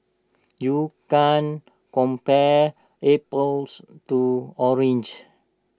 you can't compare apples to oranges